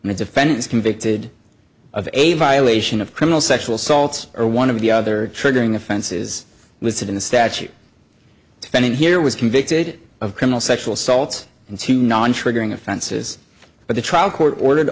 and the defendant is convicted of a violation of criminal sexual assault or one of the other triggering offenses listed in the statute defendant here was convicted of criminal sexual assault and two non triggering offenses but the trial court ordered